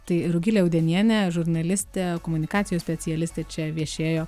tai rugilė audenienė žurnalistė komunikacijos specialistė čia viešėjo